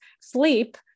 sleep